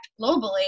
globally